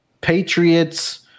Patriots